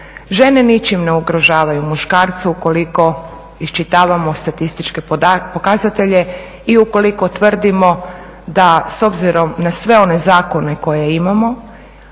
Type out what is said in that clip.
Žene ničim ne ugrožavaju muškarce ukoliko iščitavamo statističke pokazatelje i ukoliko tvrdimo da s obzirom na sve one zakone koje imamo,